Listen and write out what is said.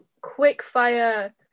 quick-fire